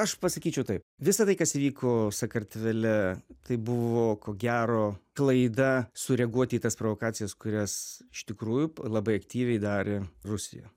aš pasakyčiau taip visa tai kas įvyko sakartvele tai buvo ko gero klaida sureaguoti į tas provokacijas kurias iš tikrųjų labai aktyviai darė rusija